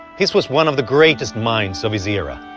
his was one of the greatest minds of his era.